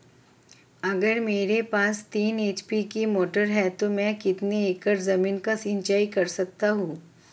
अगर मेरे पास तीन एच.पी की मोटर है तो मैं कितने एकड़ ज़मीन की सिंचाई कर सकता हूँ?